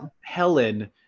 Helen